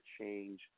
change